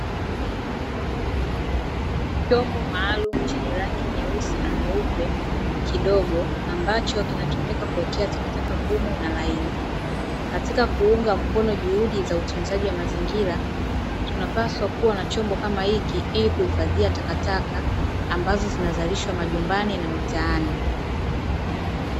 Chombo maalumu chenye rangi nyeusi na nyeupe, kidogo ambacho kinatumika kuwekea takataka ngumu na laini. Katika kuunga mkono juhudi za utunzaji wa mazingira, tunapaswa kuwa na chombo kama hiki, ili kuhifadhia takataka ambazo zinazalishwa majumbani na mitaani.